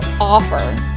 offer